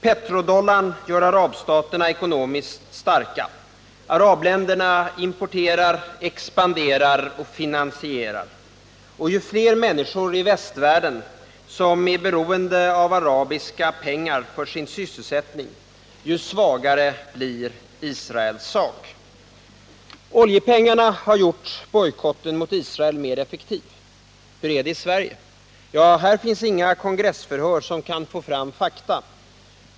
Petrodollarn gör arabstaterna ekonomiskt starka. Arabländerna importerar, expanderar och finansierar. Och ju fler människor i västvärlden som är beroende av arabiska pengar för sin sysselsättning, desto svagare blir Israels sak. Oljepengarna har gjort bojkotten mot Israel mer effektiv. Hur är det i Sverige? Här finns inga kongressförhör som kan få fram fakta.